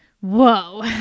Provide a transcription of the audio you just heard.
Whoa